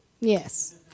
Yes